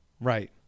Right